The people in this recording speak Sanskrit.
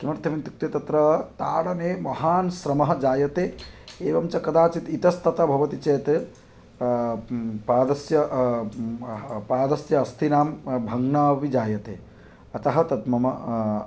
किमर्थम् इत्युक्ते तत्र ताडने महान् श्रमः जायते एवञ्च कदाचित् इतस्ततः भवति चेत् पादस्य पादस्य अस्थिनां भग्रम् अपि जायते अतः तत् मम